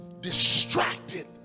distracted